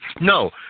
No